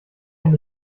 ein